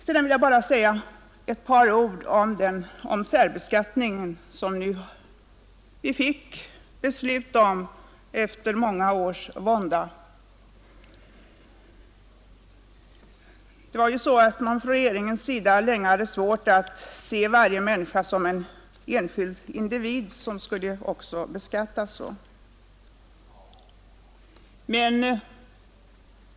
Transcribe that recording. Sedan vill jag bara säga några ord om den särbeskattning som vi nu fått ett beslut om efter många års vånda. Från regeringens sida hade man länge svårt att se varje människa som en enskild individ som också skulle beskattas så.